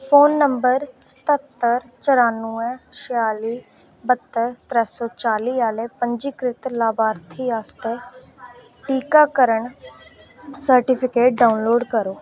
phone number सत्हत्तर च्रानुए छेआली बत्तर त्रै सौ चाली आह्ले पंजीकृत लाभार्थी आस्तै टीकाकरण सर्टिफिकेट डाउनलोड करो